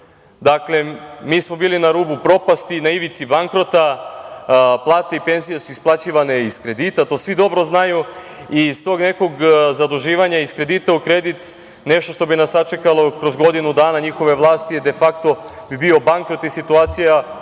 godinu. Dakle, mi smo bili na rubu propasti, na ivici bankrota, plate i penzije su isplaćivane iz kredita, to svi dobro znaju, i iz tog nekog zaduživanja, iz kredita u kredit, nešto što bi nas sačekalo kroz godinu dana njihove vlasti de fakto bi bio bankrot i situacija u